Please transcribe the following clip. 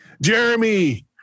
Jeremy